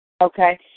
okay